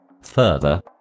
Further